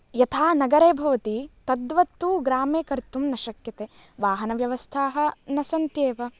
यथा नगरे भवति तद्वत्तु ग्रामे कर्तुं न शक्यते वाहनव्यवस्थाः न सन्त्येव